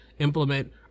implement